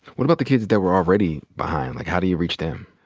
what about the kids that were already behind? like, how do you reach them?